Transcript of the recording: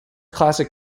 classic